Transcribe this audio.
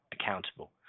accountable